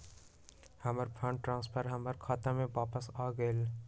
हमर fund transfer हमर खाता में वापस आ गेल